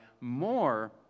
more